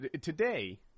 today –